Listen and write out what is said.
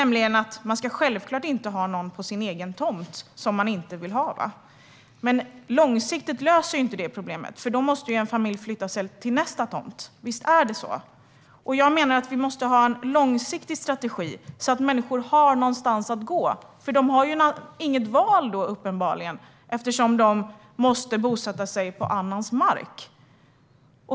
Man ska självklart inte ha någon på sin egen tomt som man inte vill ha där, men långsiktigt löser det inte problemet, för då måste ju familjen flytta till nästa tomt. Visst är det så? Jag menar att vi måste ha en långsiktig strategi, så att människor har någonstans att gå. De har ju uppenbarligen inget val eftersom de måste bosätta sig på annans mark.